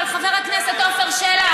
אבל חבר הכנסת עפר שלח,